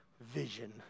vision